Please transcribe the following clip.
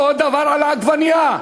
אותו דבר העגבנייה.